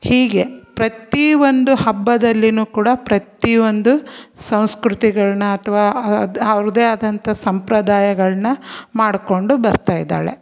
ಹೀಗೆ ಪ್ರತಿಯೊಂದು ಹಬ್ಬದಲ್ಲಿಯೂ ಕೂಡ ಪ್ರತಿಯೊಂದು ಸಂಸ್ಕೃತಿಗಳನ್ನ ಅಥ್ವಾ ಅದು ಅವ್ರದ್ದೇ ಆದಂಥ ಸಂಪ್ರದಾಯಗಳನ್ನ ಮಾಡಿಕೊಂಡು ಬರ್ತಾಯಿದ್ದಾಳೆ